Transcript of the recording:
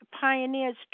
pioneers